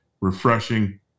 refreshing